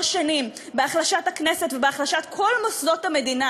שנים בהחלשת הכנסת ובהחלשת כל מוסדות המדינה: